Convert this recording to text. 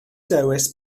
dewis